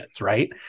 right